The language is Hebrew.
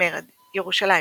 מרד, ירושלים